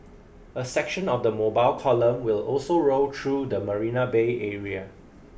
a section of the mobile column will also roll through the Marina Bay area